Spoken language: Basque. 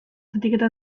zatiketa